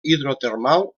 hidrotermal